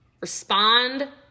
respond